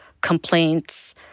complaints